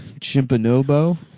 Chimpanobo